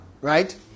right